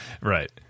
Right